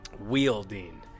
wielding